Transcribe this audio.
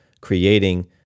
creating